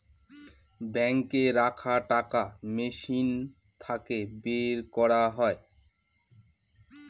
বাঙ্কে রাখা টাকা মেশিন থাকে বের করা যায়